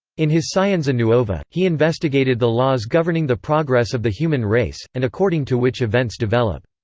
in his scienza nuova, he investigated the laws governing the progress of the human race, and according to which events develop.